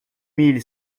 mille